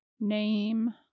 name